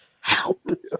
Help